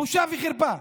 בושה וחרפה.